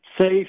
safe